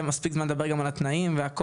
גם מספיק זמן לדבר גם על התנאים והכול.